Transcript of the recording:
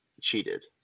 cheated